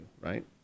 right